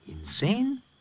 insane